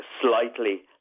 slightly